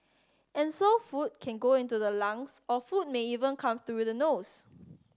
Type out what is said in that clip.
and so food can go into the lungs or food may even come through the nose